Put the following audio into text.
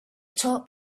top